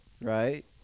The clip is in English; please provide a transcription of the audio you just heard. right